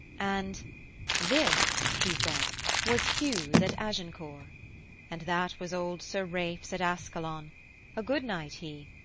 and this he said was hugh's at agincourt and that was old sir ralph's at ascalon a good knight he!